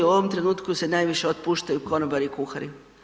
U ovom trenutku se najviše otpuštaju konobari i kuhari.